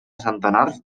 centenars